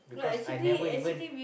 because I never even